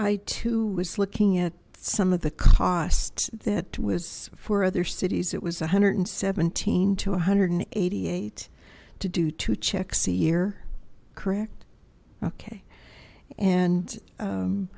i too was looking at some of the costs that was for other cities it was a hundred and seventeen to a hundred and eighty eight to do two checks a year correct okay and